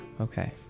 Okay